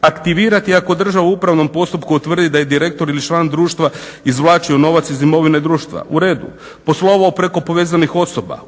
aktivirati ako država u upravnom postupku utvrdi da je direktor ili član društva izvlačio novac iz imovine društva, u redu, poslovao preko povezanih osoba,